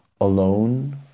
alone